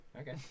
Okay